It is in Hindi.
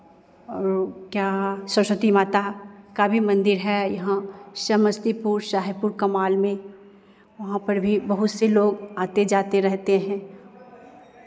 और क्या सरस्वती माता का भी मंदिर है यहां समस्तीपुर शाहपुर कमाल में वहां पर भी बहुत से लोग आते जाते रहते हैं